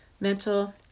mental